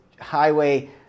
Highway